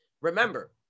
Remember